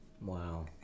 Wow